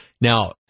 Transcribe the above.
Now